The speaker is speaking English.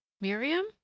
Miriam